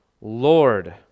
Lord